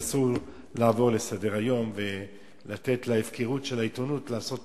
ואסור לעבור לסדר-היום ולתת להפקרות של העיתונות לעשות